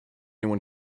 anyone